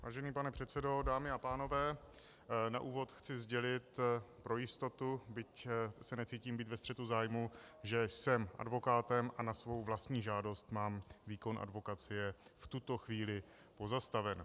Vážený pane předsedo, dámy a pánové, na úvod chci sdělit pro jistotu, byť se necítím být ve střetu zájmů, že jsem advokátem a na svou vlastní žádost mám výkon advokacie v tuto chvíli pozastaven.